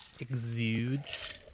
exudes